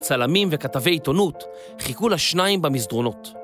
צלמים וכתבי עיתונות חיכו לשניים במסדרונות.